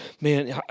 man